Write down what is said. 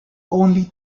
only